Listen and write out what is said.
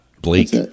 bleak